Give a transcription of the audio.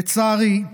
לצערי,